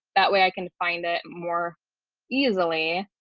that way, i can find it more easily.